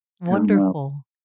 Wonderful